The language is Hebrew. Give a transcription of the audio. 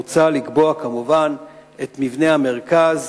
מוצע לקבוע כמובן את מבנה המרכז